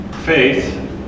faith